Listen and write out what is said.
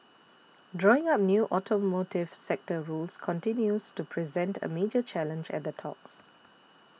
drawing up new automotive sector rules continues to present a major challenge at the talks